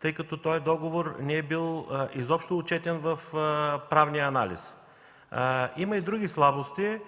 тъй като той не е бил изобщо отчетен в правния анализ. Има и други слабости.